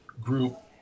group